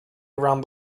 around